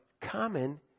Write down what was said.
common